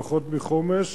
פחות מחומש,